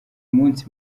munsi